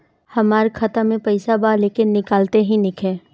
हमार खाता मे पईसा बा लेकिन निकालते ही नईखे?